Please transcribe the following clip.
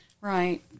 Right